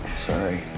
Sorry